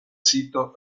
sito